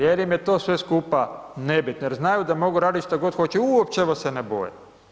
Jer im je to sve skupa nebitno, jer znaju da mogu raditi što god hoće uopće vas se ne boje.